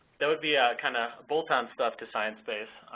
that would be kind of bolt-on stuff to sciencebase,